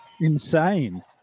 insane